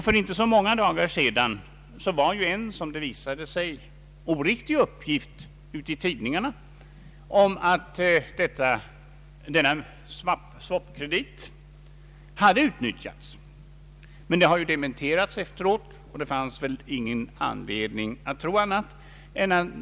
För inte så många dagar förekom en, som det visade sig, oriktig uppgift i tidningarna om att denna swap-kredit hade utnyttjats. Detta har efteråt dementerats, och det finns ingen anledning att betvivla denna dementi.